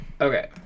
Okay